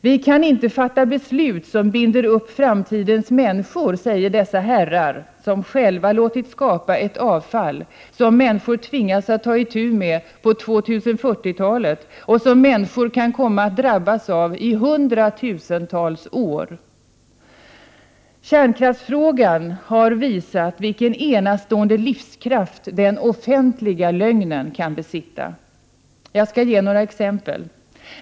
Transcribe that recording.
”Vi kan inte fatta beslut som binder upp framtidens människor”, säger dessa herrar, som själva låtit skapa ett avfall som människor tvingas ta itu med på 2040-talet och som människor kan kommas att drabbas av i hundratusenstals år! Kärnkraftsfrågan har visat vilken enastående livskraft den offentliga lögnen kan besitta. Jag skall ge några exempel.